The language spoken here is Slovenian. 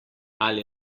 ali